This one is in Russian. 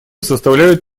составляют